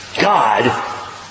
God